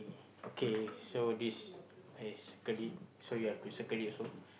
okay so this is circle it so you have to circle it also